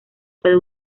puede